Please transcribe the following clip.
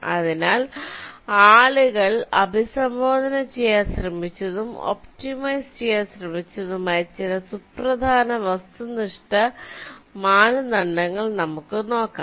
അതിനാൽ ആളുകൾ അഭിസംബോധന ചെയ്യാൻ ശ്രമിച്ചതും ഒപ്റ്റിമൈസ് ചെയ്യാൻ ശ്രമിച്ചതുമായ ചില സുപ്രധാന വസ്തുനിഷ്ഠ മാനദണ്ഡങ്ങൾ നമുക്ക് നോക്കാം